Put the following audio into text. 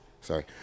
sorry